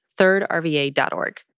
thirdrva.org